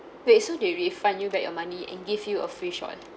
wait so they refund you back your money and give you a free shawl